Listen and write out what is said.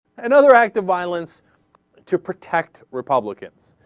and other active islands to protect republicans